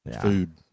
food